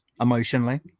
emotionally